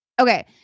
okay